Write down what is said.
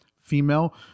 female